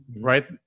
Right